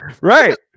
Right